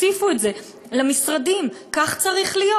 תוסיפו את זה למשרדים, כך צריך להיות.